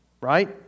Right